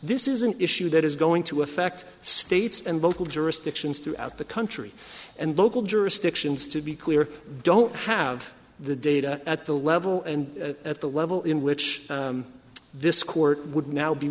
this is an issue that is going to affect states and local jurisdictions throughout the country and local jurisdictions to be clear don't have the data at the level and at the level in which this court would now be